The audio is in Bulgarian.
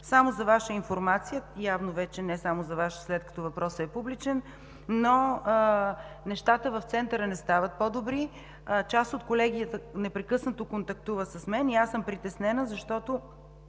помощ. За Ваша информация – явно вече не само за Ваша, след като въпросът е публичен, нещата в Центъра не стават по-добри. Част от колегията непрекъснато контактува с мен и аз съм притеснена, защото